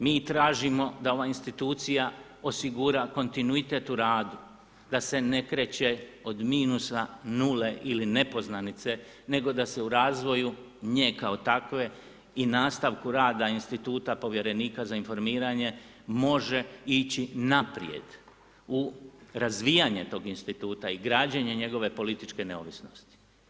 Mi i tražimo da ova institucija osigura kontinuitet u radu, da se ne kreće od minusa, nule ili nepoznanice nego da se u razvoju nje kao takve i nastavku rada instituta povjerenika za informiranje može ići naprijed u razvijanje tog instituta i građanje njegove političke neovisnosti.